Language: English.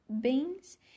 beans